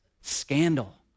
Scandal